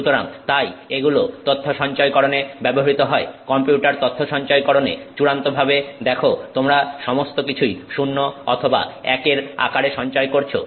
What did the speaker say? সুতরাং তাই এগুলো তথ্য সঞ্চয়করণে ব্যবহৃত হয় কম্পিউটার তথ্য সঞ্চয়করণে চূড়ান্তভাবে দেখো তোমরা সমস্তকিছুই 0 অথবা 1 এর আকারে সঞ্চয় করছো